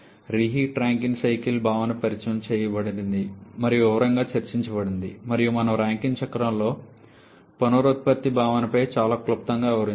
reheat Rankine cycle భావన పరిచయం చేయబడింది మరియు వివరంగా చర్చించబడింది మరియు మనము ర్యాంకైన్ చక్రంలో పునరుత్పత్తి భావనపై చాలా క్లుప్తంగా వివరించాము